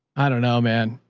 i don't know, man.